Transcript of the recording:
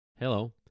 Hello